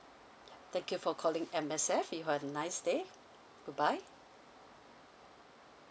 thank you for calling M_S_F you have a nice day goodbye